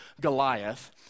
Goliath